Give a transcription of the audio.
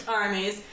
armies